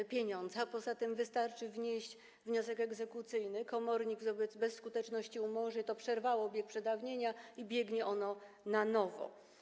A poza tym wystarczy wnieść wniosek egzekucyjny, komornik wobec bezskuteczności umorzy, to przerywa bieg przedawnienia i biegnie ono na nowo.